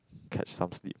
catch some sleep